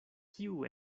kiu